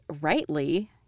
rightly